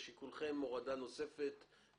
לשיקולכם הורדה נוספת.